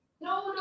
No